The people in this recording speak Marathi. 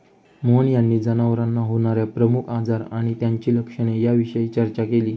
मोहन यांनी जनावरांना होणार्या प्रमुख आजार आणि त्यांची लक्षणे याविषयी चर्चा केली